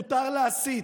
מותר להסית,